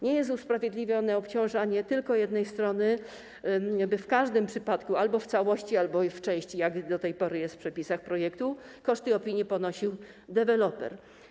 Nie jest usprawiedliwione obciążanie tylko jednej strony, by w każdym przypadku - albo w całości, albo w części, jak do tej pory jest w przepisach projektu - koszty opinii ponosił deweloper.